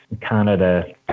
Canada